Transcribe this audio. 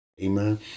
Amen